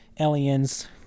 aliens